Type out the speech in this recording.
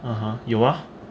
(uh huh) 有 ah